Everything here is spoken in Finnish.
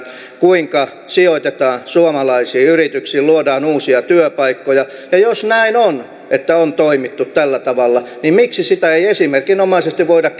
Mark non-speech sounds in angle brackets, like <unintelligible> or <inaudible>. sijoitetaan suomalaisiin yrityksiin luodaan uusia työpaikkoja ja jos näin on että on toimittu tällä tavalla niin miksi sitä ei esimerkinomaisesti voida <unintelligible>